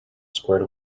squared